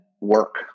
work